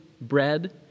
bread